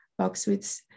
boxwoods